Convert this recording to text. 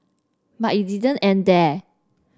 but it didn't end there